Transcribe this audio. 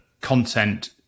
content